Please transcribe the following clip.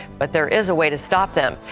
but there is a way to stop them.